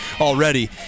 already